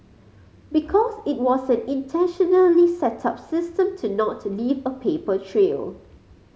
because it was an intentionally set up system to not leave a paper trail